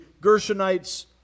Gershonites